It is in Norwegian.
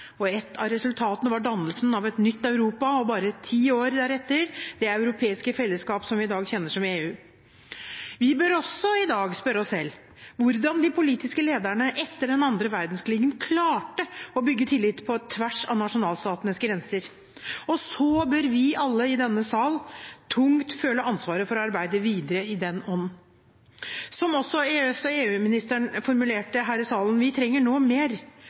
og bare ti år deretter Det europeiske fellesskap, som vi i dag kjenner som EU. Vi bør også i dag spørre oss selv hvordan de politiske lederne etter den andre verdenskrigen klarte å bygge tillit på tvers av nasjonalstatenes grenser. Og så bør vi alle i denne sal tungt føle ansvaret for å arbeide videre i den ånd. Som også EØS- og EU-ministeren formulerte det her i salen: Vi trenger nå mer